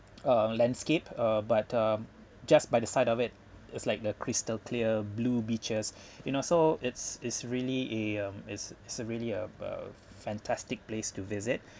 uh landscape uh but um just by the side of it it's like the crystal clear blue beaches you know so it's is really a um is is really uh uh fantastic place to visit